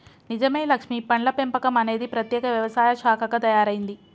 నిజమే లక్ష్మీ పండ్ల పెంపకం అనేది ప్రత్యేక వ్యవసాయ శాఖగా తయారైంది